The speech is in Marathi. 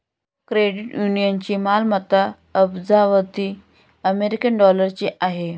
क्रेडिट युनियनची मालमत्ता अब्जावधी अमेरिकन डॉलरची आहे